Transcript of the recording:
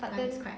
but then